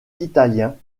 italiens